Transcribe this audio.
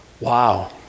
Wow